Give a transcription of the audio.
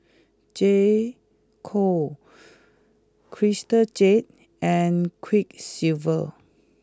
J Co Crystal Jade and Quiksilver